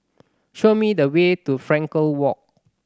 show me the way to Frankel Walk